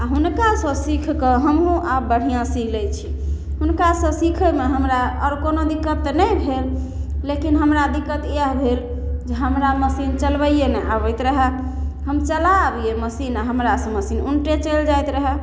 आओर हुनकासँ सीखिकऽ हमहूँ आब बढ़िआँ सी लै छी हुनकासँ सिखैमे हमरा आओर कोनो दिक्कत तऽ नहि भेल लेकिन हमरा दिक्कत इएह भेल जे हमरा मशीन चलबैए नहि आबैत रहै हम चला आबिए मशीन आओर हमरासे मशीन उनटे चलि जाइत रहै